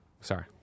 Sorry